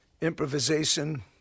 improvisation